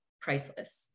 priceless